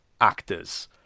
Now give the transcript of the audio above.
actors